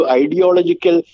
ideological